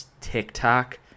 TikTok